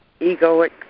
egoic